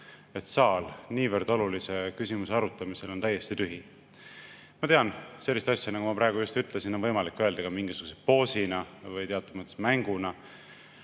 et saal niivõrd olulise küsimuse arutamisel on täiesti tühi. Ma tean, et sellist asja, nagu ma ennist ütlesin, on võimalik öelda ka mingisuguse poosina või teatud mõttes mänguna.